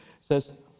says